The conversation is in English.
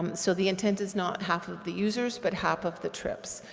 um so the intent is not half of the users, but half of the trips,